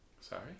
Sorry